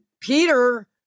Peter